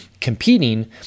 competing